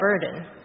burden